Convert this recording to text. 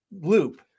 loop